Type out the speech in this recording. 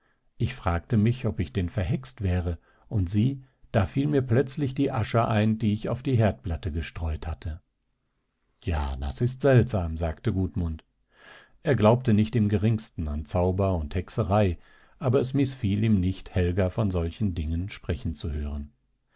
ich fragte mich ob ich denn verhext wäre und sieh da fiel mir plötzlich die asche ein die ich auf die herdplatte gestreut hatte ja das ist seltsam sagte gudmund er glaubte nicht im geringsten an zauber und hexerei aber es mißfiel ihm nicht helga von solchen dingen sprechen zu hören